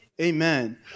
Amen